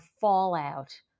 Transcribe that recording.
fallout